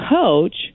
coach